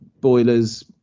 boilers